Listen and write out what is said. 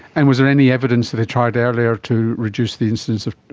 and was there any evidence that they tried earlier to reduce the incidence of